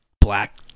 black